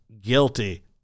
guilty